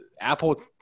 Apple